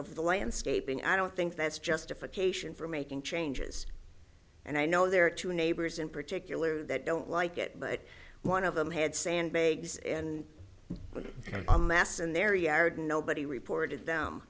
of the landscaping i don't think that's justification for making changes and i know there are two neighbors in particular that don't like it but one of them had sandbags and with a mass in their yard nobody report